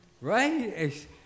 Right